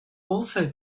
also